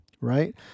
Right